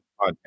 podcast